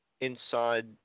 inside